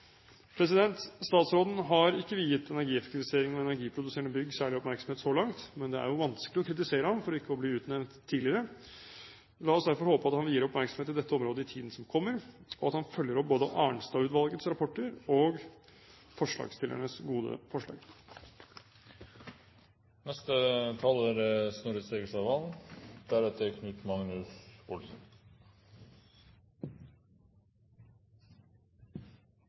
Statsråden har ikke viet energieffektivisering og energiproduserende bygg særlig oppmerksomhet så langt – men det er jo vanskelig å kritisere ham for at han ikke ble utnevnt tidligere. La oss derfor håpe at han vier oppmerksomhet til dette området i tiden som kommer, og at han følger opp både Arnstad-utvalgets rapporter og forslagsstillernes gode